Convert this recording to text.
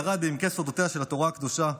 ירד לעמקי סודותיה של התורה הקדושה.